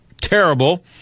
terrible